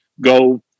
go